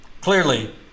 clearly